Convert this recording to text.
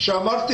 מצד אחד,